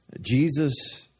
Jesus